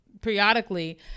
periodically